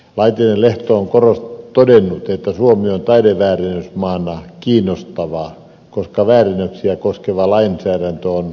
laitinen laiho on todennut että suomi on taideväärennysmaana kiinnostava koska väärennöksiä koskeva lainsäädäntö on kehitysasteella